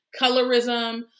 colorism